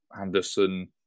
Anderson